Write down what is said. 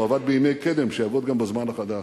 הוא עבד בימי קדם, שיעבוד גם בזמן החדש.